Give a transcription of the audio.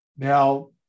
Now